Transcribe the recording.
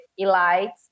elites